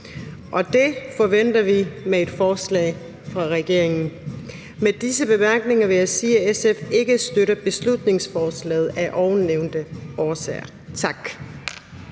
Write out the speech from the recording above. Det forventer vi med et forslag fra regeringen. Med disse bemærkninger vil jeg sige, at SF af ovennævnte årsager ikke